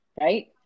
right